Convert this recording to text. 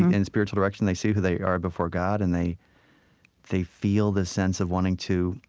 in spiritual direction. they see who they are before god, and they they feel the sense of wanting to,